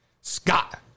Scott